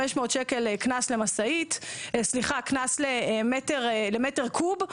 500 שקלים קנס למטר קוב.